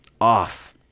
off